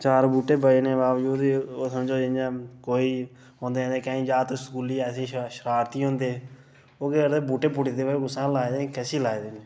चार बूहटे बचने दे बावजूद बी ओ समझो इ'यां कोई औंदे जंदे जागत केईं स्कूली ऐसे शरारती होंदे ओह् केह् करदे बूहटे पुट्टी ओड़दे कि कुसै ने लाए दे न कैह्सी लाऐ दे न